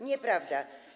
Nieprawda.